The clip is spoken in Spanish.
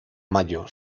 mayo